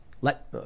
Let